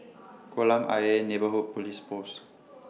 Kolam Ayer Neighbourhood Police Post